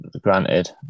granted